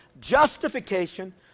justification